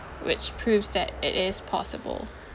which proves that it is possible